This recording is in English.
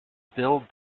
build